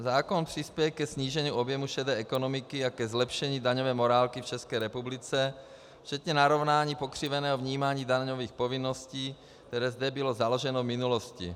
Zákon přispěje ke snížení objemu šedé ekonomiky a ke zlepšení daňové morálky v České republice včetně narovnání pokřiveného vnímání daňových povinností, které zde bylo založeno v minulosti.